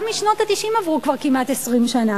גם משנות ה-90 עברו כבר כמעט 20 שנה,